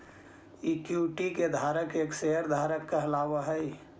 equity के धारक एक शेयर धारक कहलावऽ हइ